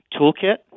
toolkit